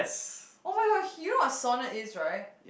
[oh]-my-gosh you know what's sauna is right